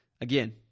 again